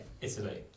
Italy